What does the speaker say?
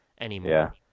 anymore